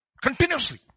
Continuously